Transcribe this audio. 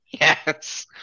yes